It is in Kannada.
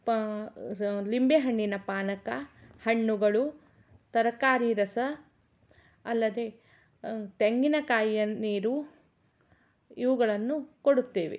ಪಾ ಸ ಲಿಂಬೆ ಹಣ್ಣಿನ ಪಾನಕ ಹಣ್ಣುಗಳು ತರಕಾರಿ ರಸ ಅಲ್ಲದೇ ತೆಂಗಿನ ಕಾಯಿಯ ನೀರು ಇವುಗಳನ್ನು ಕೊಡುತ್ತೇವೆ